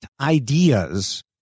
ideas